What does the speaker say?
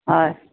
হয়